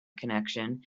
connection